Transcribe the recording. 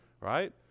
Right